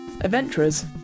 Adventurers